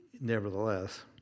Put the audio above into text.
nevertheless